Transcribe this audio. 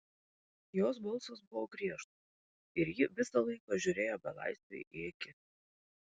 jos balsas buvo griežtas ir ji visą laiką žiūrėjo belaisviui į akis